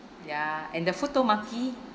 ya and the futomaki